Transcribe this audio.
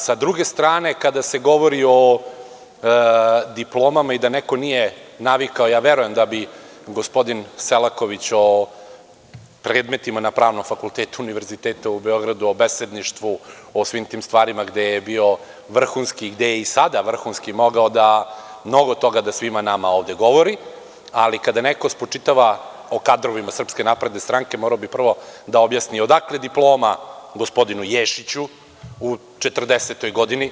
Sa druge strane, kada se govori o diplomama i da neko nije navikao, ja verujem da bi gospodin Selaković o predmetima na Pravnom fakultetu univerziteta u Beogradu o besedništvu, o svim tim stvarima gde je bio vrhunski, gde je i sada vrhunski, mogao mnogo toga da svima nama ovde govori, ali kada neko spočitava o kadrovima SNS, morao bi prvo da objasni odakle diploma gospodinu Ješiću u četrdesetoj godini?